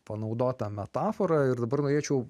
panaudotą metaforą ir dabar norėčiau